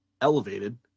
Elevated